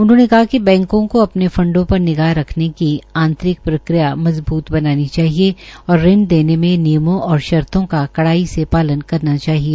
उन्होंने कहा िक बैंको का अपने फंडो पर निगाह रखने की आंतरिक प्रक्रिया मजबूत बनानी चाहिए और ऋण देने मे नियमों और शर्तो का कड़ाई से पालन करना चाहिए